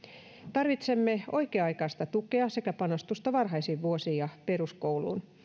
tarvitsemme oikea aikaista tukea sekä panostusta varhaisiin vuosiin ja peruskouluun